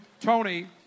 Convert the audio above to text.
Tony